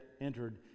entered